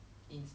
mmhmm